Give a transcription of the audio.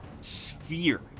sphere